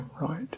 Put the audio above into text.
right